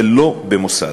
ולא במוסד.